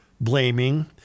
blaming